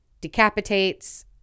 decapitates